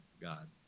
God